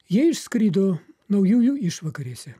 jie išskrido naujųjų išvakarėse